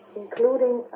including